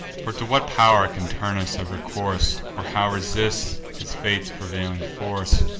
for to what pow'r can turnus have recourse, or how resist his fate's prevailing force?